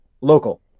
local